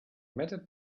method